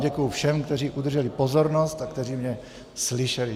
Děkuji všem, kteří udrželi pozornost a kteří mě slyšeli.